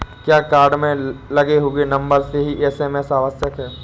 क्या कार्ड में लगे हुए नंबर से ही एस.एम.एस आवश्यक है?